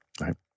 right